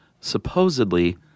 supposedly